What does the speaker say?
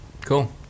Cool